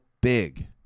big